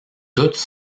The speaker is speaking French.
toutes